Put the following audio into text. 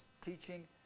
teaching